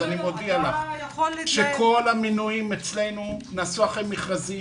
אז אני מודיע שכל המינויים אצלנו נעשו אחרי מכרזים.